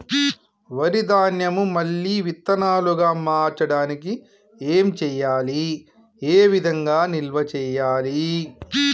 వరి ధాన్యము మళ్ళీ విత్తనాలు గా మార్చడానికి ఏం చేయాలి ఏ విధంగా నిల్వ చేయాలి?